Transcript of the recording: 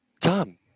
tom